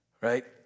right